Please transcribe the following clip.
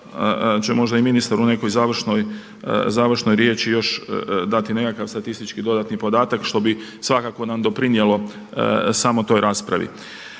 možda se i ministar u nekoj završnoj riječi još dati nekakav statistički dodatni podatak, što bi svakako nam doprinijelo samoj toj raspravi.